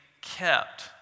kept